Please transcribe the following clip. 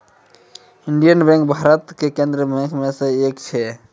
Indian bank Bharat के केन्द्रीय बैंको मे से एक छै